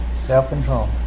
Self-control